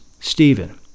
Stephen